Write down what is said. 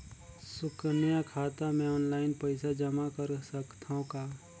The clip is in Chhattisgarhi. सुकन्या खाता मे ऑनलाइन पईसा जमा कर सकथव का?